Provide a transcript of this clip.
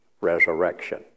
resurrection